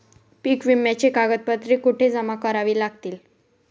पीक विम्याची कागदपत्रे कुठे जमा करावी लागतील?